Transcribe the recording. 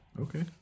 okay